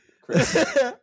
Chris